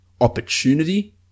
opportunity